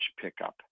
pickup